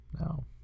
No